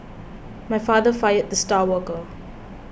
my father fired the star worker